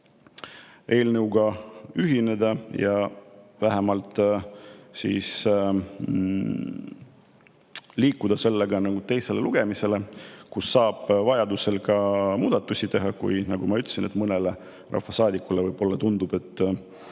eelnõuga ühineda ja vähemalt liikuda sellega teisele lugemisele, kus saab vajadusel muudatusi teha. Kui, nagu ma ütlesin, mõnele rahvasaadikule tundub